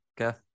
Okay